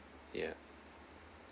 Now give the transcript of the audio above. yeah